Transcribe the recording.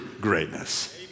greatness